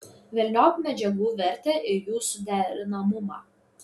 velniop medžiagų vertę ir jų suderinamumą